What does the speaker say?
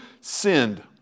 sinned